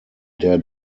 der